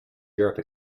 europe